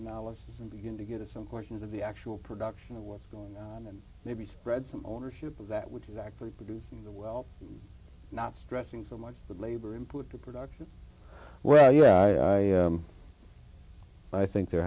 analysis and begin to get some questions of the actual production of what's gone on and maybe spread some ownership of that which is actually producing the well not stressing so much the labor input the production well yeah but i think there